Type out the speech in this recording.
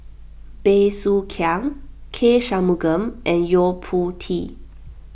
Bey Soo Khiang K Shanmugam and Yo Po Tee